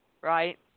right